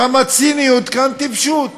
שם ציניות, כאן טיפשות.